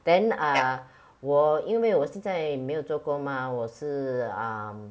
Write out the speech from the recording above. then uh 我因为我现在没有做工 mah 我是 um